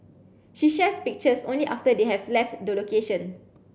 she shares pictures only after they have left the location